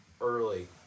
Early